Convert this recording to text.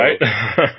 right